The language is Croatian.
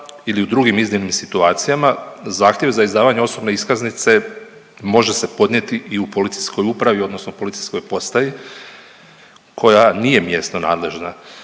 ili drugim iznimnim situacijama, zahtjev za izdavanje osobne iskaznice može se podnijeti i u policijskoj upravi odnosno policijskoj postaji koja nije mjesno nadležna,